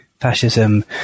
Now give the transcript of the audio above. fascism